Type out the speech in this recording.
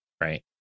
Right